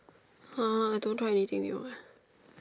!huh! I don't try anything new eh